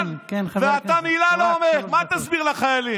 אני לא, בכלל, איפה כל הענפים שבכלל לא חזרו למשק?